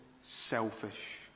selfish